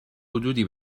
حدودی